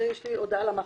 זו הודעה שלי למאכערים.